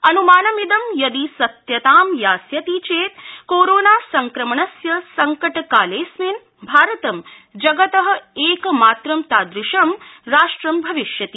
अनुमानमिदं यदि सत्यतां यास्यति चेत कोरोना संक्रमणस्य संकट कोलेऽस्मिन् भारतं जगत एकमात्रं तादृशं राष्ट्रं भविष्यति